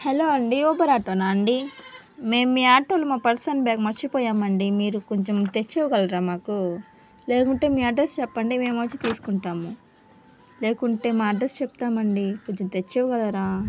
hello అండి Uber ఆటోనా అండి మేము మీ ఆటోలో మా పర్స్ అండ్ బ్యాగ్ మర్చిపోయామండి మీరు కొంచెం తెచ్చి ఇవ్వగలరా మాకు లేకుంటే మీ అడ్రస్ చెప్పండి మేము వచ్చి తీసుకుంటాము లేకుంటే మా అడ్రస్ చెప్తామండి కొంచెం తెచ్చి ఇవ్వగలరా